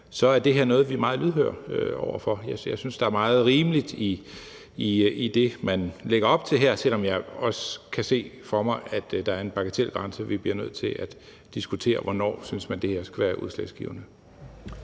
er det her noget, vi er meget lydhøre over for. Jeg synes, der er meget rimeligt i det, man lægger op til her, selv om jeg også kan se for mig, at der er en bagatelgrænse, og vi bliver nødt til at diskutere, hvornår man synes det skal være udslagsgivende.